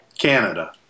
Canada